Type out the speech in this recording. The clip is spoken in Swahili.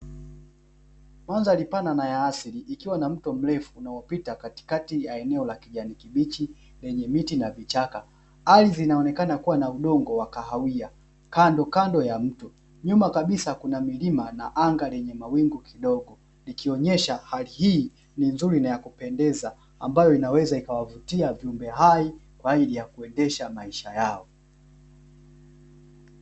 Mandhari pana na ya asili ikiwa na mto mrefu unaopita katikati ya eneo la kijani kibich lenye miti na vichaka. Ardhi inaonekana kuwa na udongo wa kahawia kando kando ya mto. Nyuma kabisa kuna milima na anga lenye mawingu kidogo, ikionyesha hali hii ni nzuri na ya kupendeza, ambayo inaweza ikawavutia viumbe hai kwa ajili ya kuendesha maisha yao.